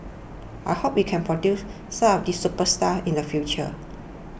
I hope we can produce some of these superstars in the future